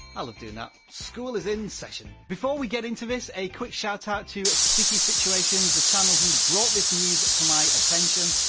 i love doing that. school is in session. before we get into this, a quick shout out to sticky situations the channel who brought this news to my attention,